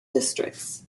districts